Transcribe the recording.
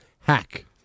Hack